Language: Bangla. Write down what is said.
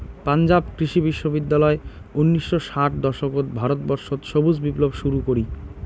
পাঞ্জাব কৃষি বিশ্ববিদ্যালয় উনিশশো ষাট দশকত ভারতবর্ষত সবুজ বিপ্লব শুরু করি